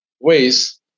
ways